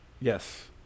Yes